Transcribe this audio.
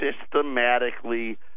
systematically